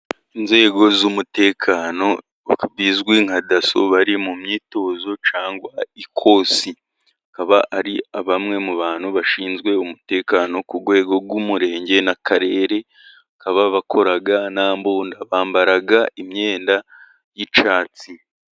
Inzego z'umutekano bizwi nka daso bari mu myitozo, cyangwa ikosi bakaba ari bamwe mu bantu bashinzwe umutekano ku rwego rw'umurenge, n'akarere, bakaba bakora nta mbunda, bambara imyenda y'icyatsi.